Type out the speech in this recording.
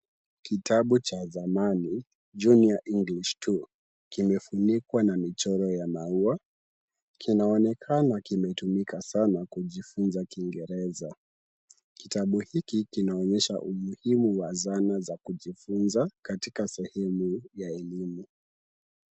Kitabu cha zamani Junior English 2, kimefunikwa na michoro ya maua. Kinaonekana kimetumika sana kujifunza kiingereza. Kitabu hiki kinaonyesha umuhimu wa zana za kujifunza katika sehemu ya elimu.